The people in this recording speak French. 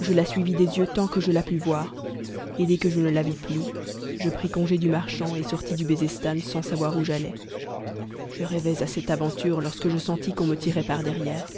je la suivis des yeux tant que je la pus voir et dès que je ne la vis plus je pris congé du marchand et sortis du bezestan sans savoir où j'allais je rêvais à cette aventure lorsque je sentis qu'on me tirait par derrière